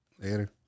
Later